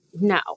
no